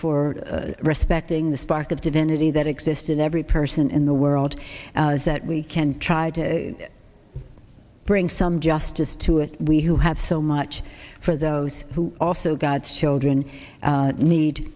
for respecting the spark of divinity that exist in every person in the world that we can try to bring some justice to it we who have so much for those who also god's children need